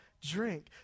drink